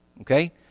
okay